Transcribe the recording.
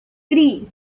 three